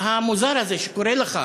המוזר הזה שקורה לך.